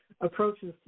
approaches